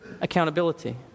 accountability